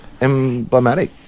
emblematic